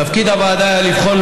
תפקיד הוועדה היה לבחון,